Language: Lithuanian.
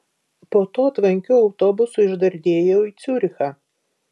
po to tvankiu autobusu išdardėjau į ciurichą